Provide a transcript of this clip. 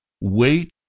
wait